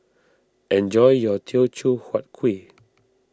enjoy your Teochew Huat Kuih